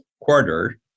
quarter